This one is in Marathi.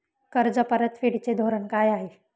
कर्ज परतफेडीचे धोरण काय आहे?